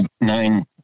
nine